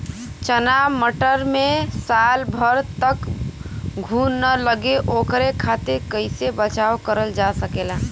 चना मटर मे साल भर तक घून ना लगे ओकरे खातीर कइसे बचाव करल जा सकेला?